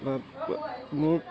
তাত মোক